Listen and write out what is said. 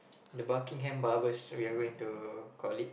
the Buckingham Barbers we are going to call it